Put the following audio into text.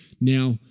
Now